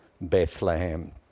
Bethlehem